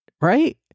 right